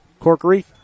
Corkery